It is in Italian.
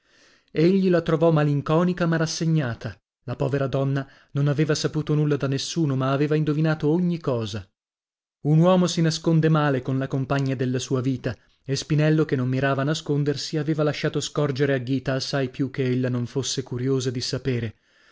ghita egli la trovò malinconica ma rassegnata la povera donna non aveva saputo nulla da nessuno ma aveva indovinato ogni cosa un uomo si nasconde male con la compagna della sua vita e spinello che non mirava a nascondersi aveva lasciato scorgere a ghita assai più che ella non fosse curiosa di sapere